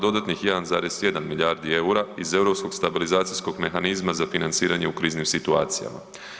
dodatnih 1,1 milijardi eura iz europskog stabilizacijskog mehanizma za financiranje u kriznim situacijama.